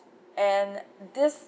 and this